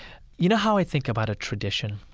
you know how i think about a tradition?